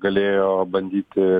galėjo bandyti